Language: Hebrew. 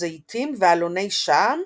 זיתים ואלוני שעם,